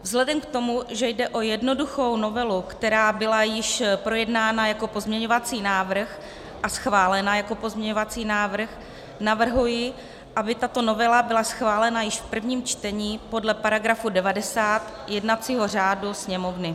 Vzhledem k tomu, že jde o jednoduchou novelu, která byla již projednána jako pozměňovací návrh a schválena jako pozměňovací návrh, navrhuji, aby tato novela byla schválena již v prvním čtení podle § 90 jednacího řádu Sněmovny.